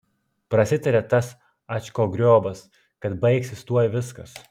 prasitarė tas ačkogriobas kad baigsis tuoj viskas